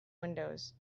windows